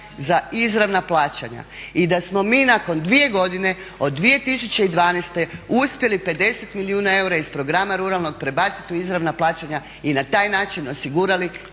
za izravna plaćanja i da smo mi nakon 2 godine od 2012.uspjeli 50 milijuna iz programa ruralnog prebaciti u izravna plaćanja i na taj način osigurali